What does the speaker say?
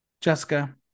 Jessica